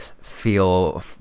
feel